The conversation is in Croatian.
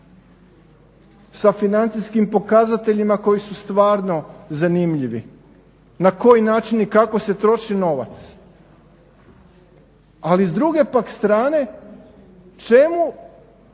sa financijskim pokazateljima koji su stvarno zanimljivi na koji način i kako se troši novac. Ali s druge pak strane čemu